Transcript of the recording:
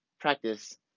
practice